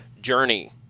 journey